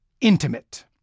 intimate